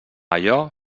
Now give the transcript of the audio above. allò